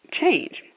change